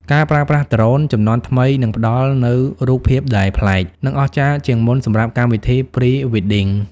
ការប្រើប្រាស់ដ្រូន ជំនាន់ថ្មីនឹងផ្ដល់នូវរូបថតដែលប្លែក និងអស្ចារ្យជាងមុនសម្រាប់កម្មវិធី Pre-wedding។